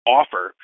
offer